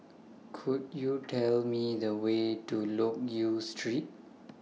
Could YOU Tell Me The Way to Loke Yew Street